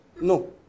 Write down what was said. No